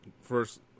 first